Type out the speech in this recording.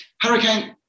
hurricane